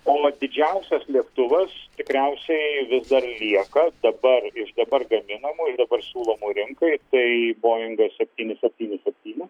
o didžiausias lėktuvas tikriausiai vis dar lieka dabar iš dabar gaminamų dabar siūlomų rinkai tai boingas septyni septyni septyni